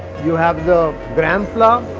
you have the gram flour.